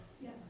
Yes